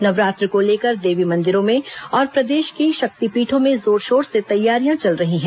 नवरात्र को लेकर देवी मंदिरों में और प्रदेश की शक्तिपीठों में जोरशोर से तैयारियां चल रही हैं